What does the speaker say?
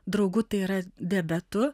draugu tai yra diabetu